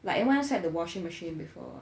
like at side of the washing machine before